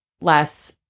less